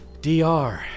DR